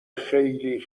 خیلی